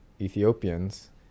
ethiopians